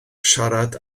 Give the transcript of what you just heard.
siarad